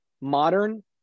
modern